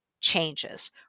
changes